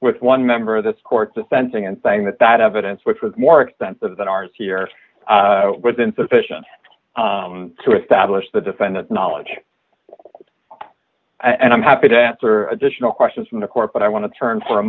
with one member of this court to sensing and saying that that evidence which was more extensive than ours here was insufficient to establish the defendant's knowledge and i'm happy to answer additional questions from the court but i want to turn for a